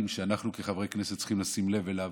שאנחנו כחברי כנסת צריכים לשים לב אליהם,